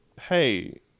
hey